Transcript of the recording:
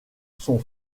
son